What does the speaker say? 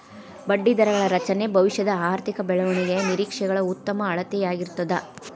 ಬಡ್ಡಿದರಗಳ ರಚನೆ ಭವಿಷ್ಯದ ಆರ್ಥಿಕ ಬೆಳವಣಿಗೆಯ ನಿರೇಕ್ಷೆಗಳ ಉತ್ತಮ ಅಳತೆಯಾಗಿರ್ತದ